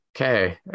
okay